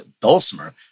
dulcimer